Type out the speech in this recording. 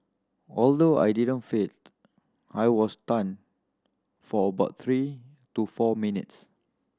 although I didn't faint I was stunned for about three to four minutes